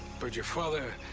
but your father.